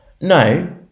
No